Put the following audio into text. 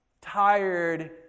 tired